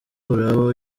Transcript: uraba